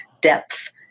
depth